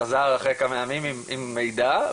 חזר אחרי כמה ימים עם מידע,